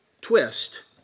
twist